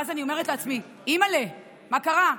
ואז אני אומרת לעצמי: אימא'לה, מה קרה?